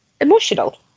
emotional